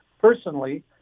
personally